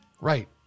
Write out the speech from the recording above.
Right